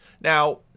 Now